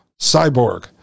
cyborg